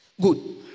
Good